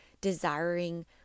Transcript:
desiring